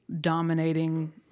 dominating